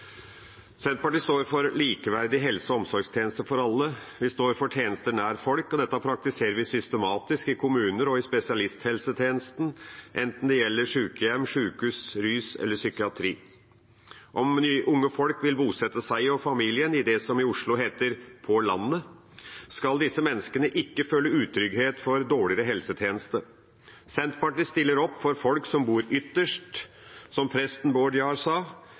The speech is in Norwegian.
Senterpartiet står for en likeverdig helse- og omsorgstjeneste for alle. Vi står for tjenester nær folk, og dette praktiserer vi systematisk i kommuner og i spesialisthelsetjenesten, enten det gjelder sjukehjem, sjukehus, rus eller psykiatri. Om unge folk vil bosette seg og familien i det som i Oslo heter «på landet», skal disse menneskene ikke føle utrygghet for dårligere helsetjeneste. Senterpartiet stiller opp for folk «som bor ytterst», som presten Bård Jahr sa.